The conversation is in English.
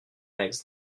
eggs